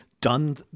done